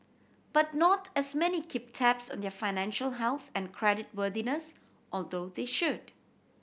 but not as many keep tabs on their financial health and creditworthiness although they should